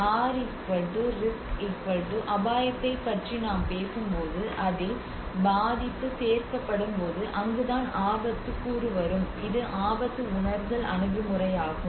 R risk அபாயத்தைப் பற்றி நாம் பேசும்போது அதில் பாதிப்பு சேர்க்கப்படும்போது அங்குதான் ஆபத்து கூறு வரும் இது ஆபத்து உணர்தல் அணுகுமுறையாகும்